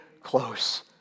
close